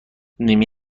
نیمه